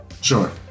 Sure